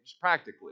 practically